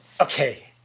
Okay